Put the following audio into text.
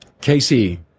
Casey